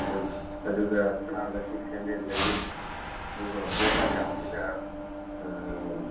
ꯑꯗꯨꯒ ꯏꯁꯇꯥꯔꯅ six hundred ꯂꯩ ꯑꯗꯨꯒ ꯕꯣꯒꯥꯖꯥꯟꯁꯤꯅ